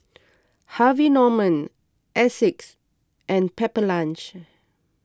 Harvey Norman Asics and Pepper Lunch